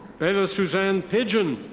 bayla suzanne pidgeon.